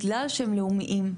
בגלל שהם לאומיים,